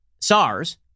SARS